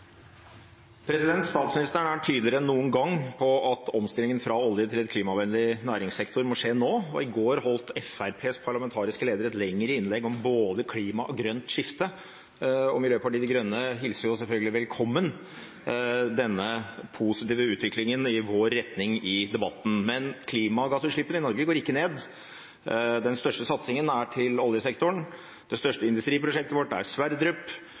tydeligere enn noen gang på at omstillingen fra olje til en klimavennlig næringssektor må skje nå. I går holdt Fremskrittspartiets parlamentariske leder et lengre innlegg om både klima og grønt skifte. Miljøpartiet De Grønne hilser selvfølgelig velkommen denne positive utviklingen i vår retning i debatten. Men klimagassutslippene i Norge går ikke ned. Den største satsingen er på oljesektoren. Det største industriprosjektet vårt er